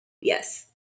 yes